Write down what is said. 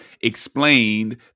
explained